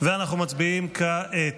אנחנו מצביעים כעת.